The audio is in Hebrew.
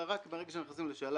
הם מקבלים רק ברגע שהם נכנסים לשל"ת,